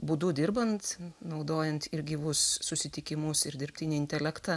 būdu dirbant naudojant ir gyvus susitikimus ir dirbtinį intelektą